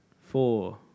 Four